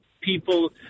people